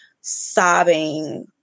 sobbing